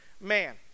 man